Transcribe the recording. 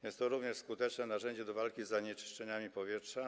Jest to również skuteczne narzędzie do walki z zanieczyszczeniem powietrza.